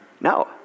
No